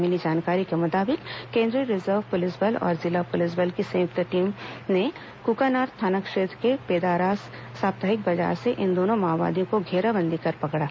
मिली जानकारी के मुताबिक केंद्रीय रिजर्व पुलिस बल और जिला पुलिस बल की संयुक्त टीम ने कुकानार थाना क्षेत्र के पेदारास साप्ताहिक बाजार से इन दोनों माओवादियों को घेराबंदी कर पकड़ा